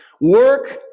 work